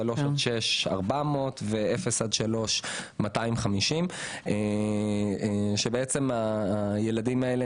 3-6 400 ובגילאי 0-3 יש 250. הילדים האלה